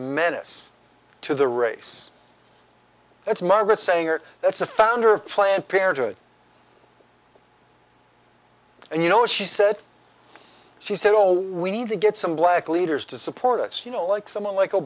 menace to the race it's margaret sanger that's the founder of planned parenthood and you know she said she said all we need to get some black leaders to support us you know like someone like